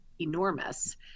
enormous